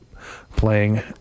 playing